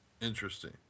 Interesting